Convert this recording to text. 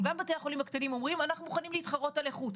אבל גם בתי החולים הקטנים אומרים שהם מוכנים להתחרות על איכות.